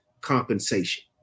compensation